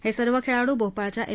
हे सर्व खेळाडू भोपाळच्या एम